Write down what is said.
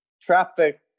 traffic